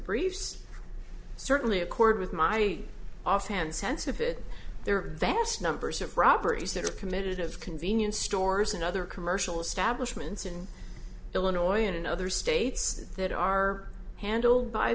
briefs certainly accord with my offhand sense of it there are vast numbers of robberies that are committed of convenience stores and other commercial establishment in illinois and in other states that are handled by